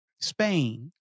Spain